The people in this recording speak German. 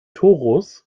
torus